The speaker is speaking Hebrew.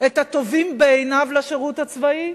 את הטובים בעיניו לשירות הצבאי,